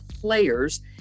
players